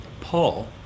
Paul